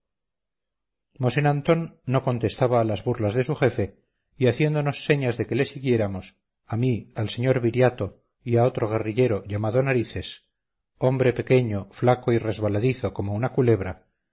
antón no contestaba a las burlas de su jefe y haciéndonos señas de que le siguiéramos a mí al sr viriato y a otro guerrillero llamado narices hombre pequeño flaco y resbaladizo como una culebra